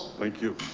thank you.